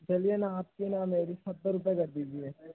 चलिए न ना आपकी ना मेरी सत्तर रुपए कर दीजिए